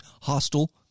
hostile